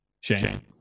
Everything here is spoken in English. Shane